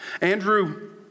Andrew